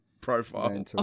profile